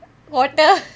water